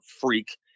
freak